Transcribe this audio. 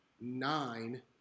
Nine